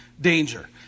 danger